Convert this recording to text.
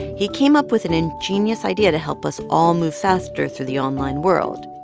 he came up with an ingenious idea to help us all move faster through the online world.